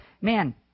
man